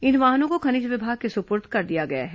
इन वाहनों को खनिज विभाग के सुपुर्द कर दिया गया है